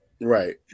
right